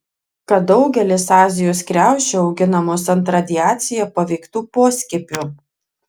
kad daugelis azijos kriaušių auginamos ant radiacija paveiktų poskiepių